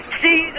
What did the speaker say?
see